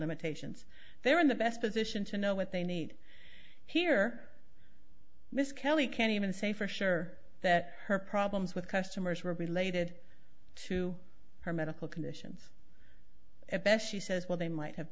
limitations they're in the best position to know what they need here miss kelly can even say for sure that her problems with customers were related to her medical conditions at best she says well they might have